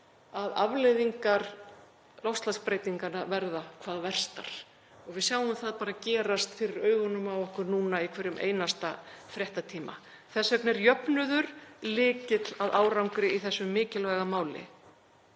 að afleiðingar loftslagsbreytinganna verða hvað verstar. Við sjáum það bara gerast fyrir augunum á okkur núna í hverjum einasta fréttatíma. Þess vegna er jöfnuður lykill að árangri í þessu mikilvæga máli.